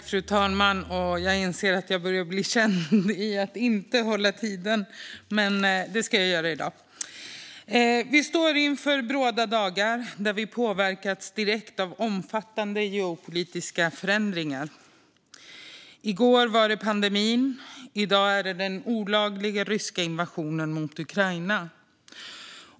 Fru talman! Vi står inför bråda dagar där vi påverkats direkt av omfattande geopolitiska förändringar. I går var det pandemin, i dag är det den olagliga ryska invasionen av Ukraina.